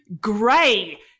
Gray